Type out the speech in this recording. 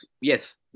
Yes